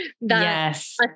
Yes